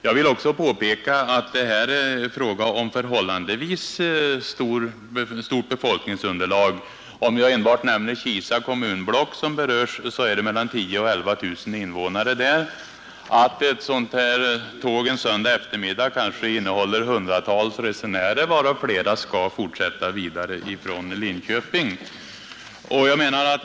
Jag vill också påpeka att det här är fråga om ett förhållandevis stort befolkningsunderlag. Om enbart Kisa kommunblock berörs, är det mellan 10 000 och 11 000 invånare. Ett tåg en söndagseftermiddag kan innehålla hundratals resenärer, varav flera skall fortsätta vidare från Linköping.